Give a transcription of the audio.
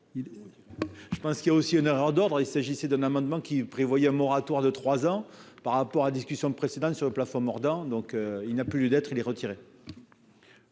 Je pense qu'il y a aussi une erreur d'ordre, il s'agissait d'un amendement qui prévoyait un moratoire de 3 ans, par rapport à discussion de précédents sur le plafond mordant, donc il n'a plus lieu d'être, il est retirer.